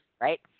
Right